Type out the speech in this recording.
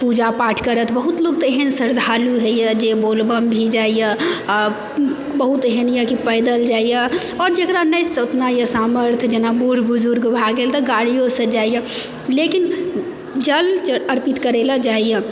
पूजा पाठ करत बहुत लोक तऽ एहन श्रद्धालु होइए जे बोलबम भी जाइए आओर बहुत एहन यऽ कि पैदल जाइए आओर जकरा नहि सकनाइ यऽ सामर्थ्य जेना बूढ़ बुजुर्ग भए गेल तऽ गाड़िओसँ जाइए लेकिन जल च अर्पित करए लए जाइए